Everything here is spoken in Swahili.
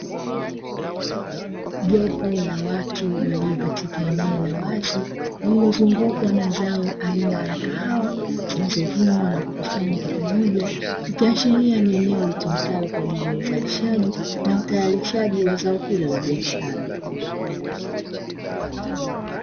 Jopo la watu walio katika eneo la wazi, lililozungukwa na zao aina ya kahawa zilizovunwa na kukusanywa kwa pamoja ikiashiria ni eneo litumikalo kwa ajili ya uzalishaji na utayarishaji wa zao hilo la biashara.